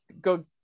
go